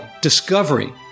discovery